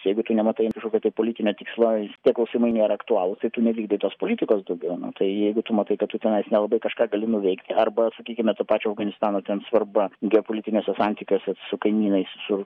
jeigu tu nematai kažkokio tai politinio tikslo tie klausimai nėra aktualūs tai tu nevykdai tos politikos daugiau nu tai jeigu tu matai kad tu tenais nelabai kažką gali nuveikt arba sakykime to pačio afganistano ten svarba geopolitiniuose santykiuose su kaimynais su